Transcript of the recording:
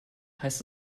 heißt